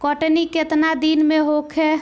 कटनी केतना दिन में होखे?